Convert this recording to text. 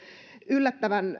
yllättävä